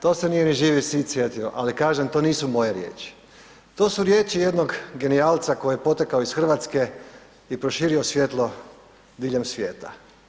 To se nije ni Živi zid sjetio, ali kažem to nisu moje riječi, to su riječ jednog genijalca koji je potekao iz Hrvatske i proširio svjetlo diljem svijeta.